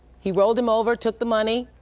he rolled him over, took the money.